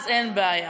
אז אין בעיה.